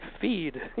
feed